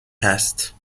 هست